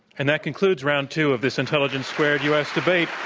and that concludes round two of this intelligence squared u. s. debate.